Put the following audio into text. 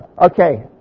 Okay